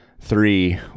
Three